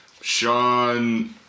Sean